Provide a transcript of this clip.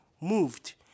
moved